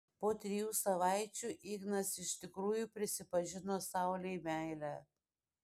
po trijų savaičių ignas iš tikrųjų prisipažino saulei meilę